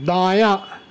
دایاں